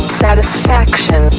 satisfaction